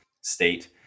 state